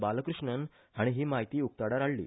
बालकृष्णन हाणी ही म्हायती उक्ताडार हाडली